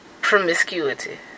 promiscuity